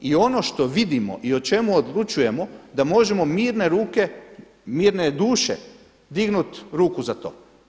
I ono što vidimo i o čemu odlučujemo da možemo mirne ruke, mirne duše dignut ruku za to.